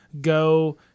go